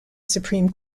supreme